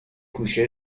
کوشر